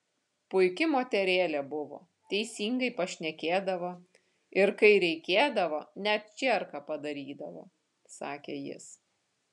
puiki moterėlė buvo teisingai pašnekėdavo ir kai reikėdavo net čierką padarydavo sakė jis